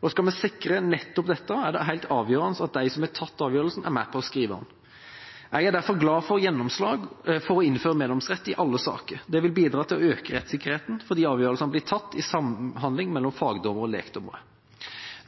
Og skal vi sikre nettopp dette, er det helt avgjørende at de som har tatt avgjørelsen, er med på å skrive den. Jeg er derfor glad for gjennomslaget for å innføre meddomsrett i alle saker. Det vil bidra til å øke rettssikkerheten fordi avgjørelsen blir tatt i samhandling mellom fagdommere og lekdommere.